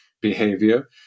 behavior